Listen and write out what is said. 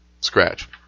Scratch